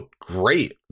Great